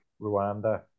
Rwanda